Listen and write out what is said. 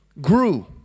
grew